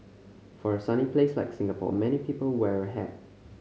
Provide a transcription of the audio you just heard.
for a sunny place like Singapore many people wear a hat